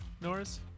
Norris